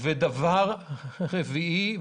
דבר רביעי,